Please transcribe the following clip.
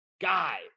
guy